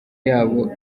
yabo